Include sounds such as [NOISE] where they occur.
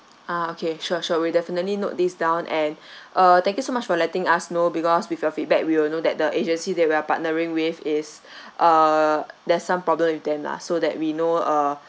ah okay sure sure will definitely note this down and [BREATH] uh thank you so much for letting us know because with your feedback we will know that the agency that we're partnering with is [BREATH] uh there's some problem with them lah so that we know uh